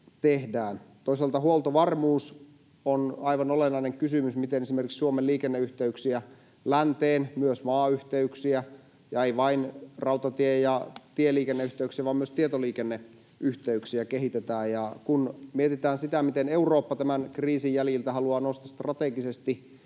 Toisaalta huoltovarmuus on aivan olennainen kysymys, se, miten kehitetään esimerkiksi Suomen liikenneyhteyksiä länteen, myös maayhteyksiä ja ei vain rautatie- ja tieliikenneyhteyksiä vaan myös tietoliikenneyhteyksiä. Kun mietitään sitä, miten Eurooppa tämän kriisin jäljiltä haluaa nousta strategisesti